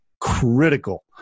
critical